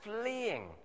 fleeing